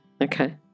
Okay